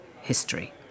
history